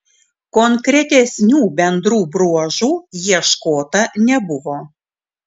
konkretesnių bendrų bruožų ieškota nebuvo